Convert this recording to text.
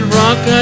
rock